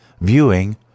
viewing